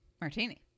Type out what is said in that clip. Martini